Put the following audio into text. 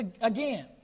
again